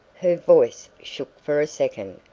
her voice shook for a second,